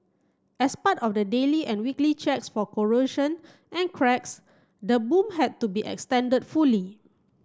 as part of the daily and weekly checks for corrosion and cracks the boom had to be extended fully